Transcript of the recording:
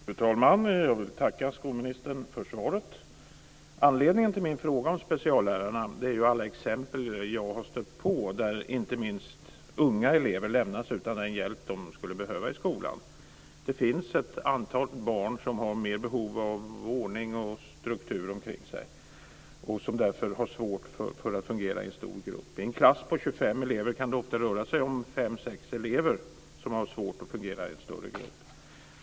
Fru talman! Jag vill tacka skolministern för svaret. Anledningen till min fråga om speciallärarna är alla exempel som jag har stött på där inte minst unga elever lämnas utan den hjälp de skulle behöva i skolan. Det finns ett antal barn som har mer behov av ordning och struktur omkring sig, och som därför har svårt att fungera i en stor grupp. I en klass på 25 elever kan det ofta rör sig om fem sex elever som har svårt att fungera i en större grupp.